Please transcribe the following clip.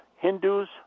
Hindus